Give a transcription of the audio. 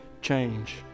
change